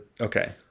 okay